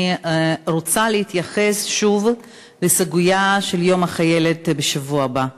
אני רוצה להתייחס שוב לסוגיה של יום החיילת בשבוע הבא,